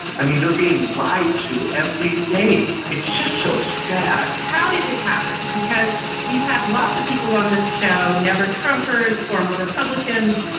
i mean, they're being lied to every day. it's just so sad how did it happen? because we've had lots of people on this show. never trumper as former republicans.